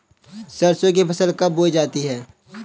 सरसों की फसल कब बोई जाती है?